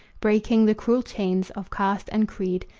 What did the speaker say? breaking the cruel chains of caste and creed,